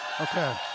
Okay